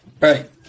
Right